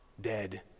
dead